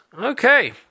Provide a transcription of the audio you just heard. Okay